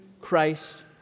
Christ